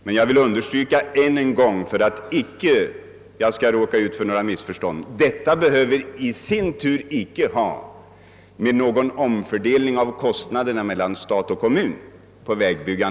För att det icke skall uppstå några missförstånd vill jag emellertid ännu en gång understryka, att detta icke behöver ha någonting att göra med en omfördelning av vägkostnaderna mellan stat och kommun.